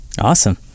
Awesome